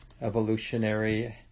evolutionary